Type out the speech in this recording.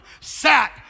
sat